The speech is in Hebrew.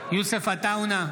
יוסף עטאונה,